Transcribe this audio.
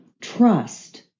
trust